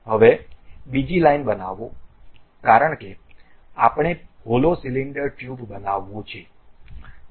હવે બીજી લાઇન બનાવો કારણ કે આપણે હોલો સિલિન્ડર ટ્યુબ બનાવવું છે